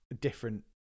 different